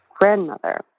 grandmother